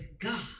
God